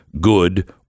good